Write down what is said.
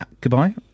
Goodbye